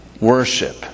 worship